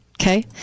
okay